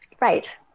Right